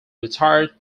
retired